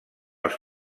els